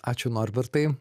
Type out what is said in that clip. ačiū norbertai